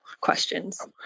questions